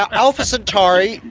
um alpha centauri,